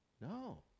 No